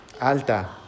alta